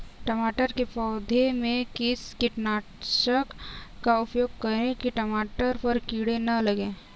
टमाटर के पौधे में किस कीटनाशक का उपयोग करें कि टमाटर पर कीड़े न लगें?